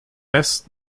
best